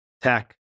tech